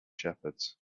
shepherds